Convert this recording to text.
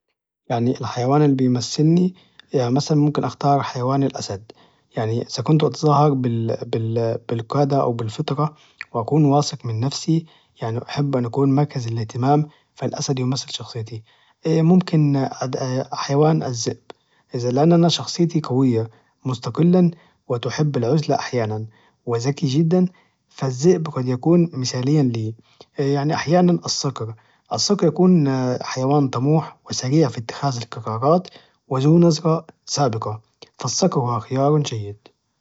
يعني الحيوان اللي بيمثلني يعني مثلا ممكن اختار حيوان الأسد يعني إذا كنت اتظاهر بالقادة أو بالفطرة واكون واثق من نفسي يعني أحب أن أكون مركز الاهتمام فالاسد يمثل شخصيتي اي ممكن حيوان الذئب لأن أنا شخصيتي قوية مستقلا وتحب العزلة أحيانا وذكي جدا فالذئب قد يكون مثاليا لي يعني أحيانا الصقر الصقر بيكون حيوان طموح وسريع في اتخاذ القرارات وذو نظرة جيدة فالصقر هو خيار جيد